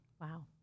Wow